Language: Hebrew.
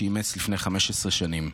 שאימץ לפני 15 שנים,